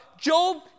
Job